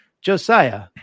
Josiah